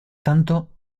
tanto